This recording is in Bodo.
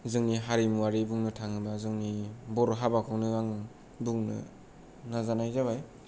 जोंनि हारिमुवारि बुंनो थाङोब्ला जोंनि बर' हाबाखौनो आं बुंनो नाजानाय जाबाय